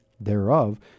thereof